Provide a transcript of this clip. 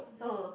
oh